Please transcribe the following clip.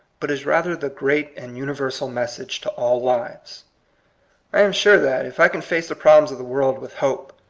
but is rather the great and universal message to all lives. i am sure that, if i can face the problems of the world with hope,